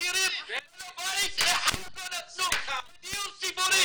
העשירים ובית אחד לא נתנו לדיור ציבורי.